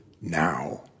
now